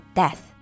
death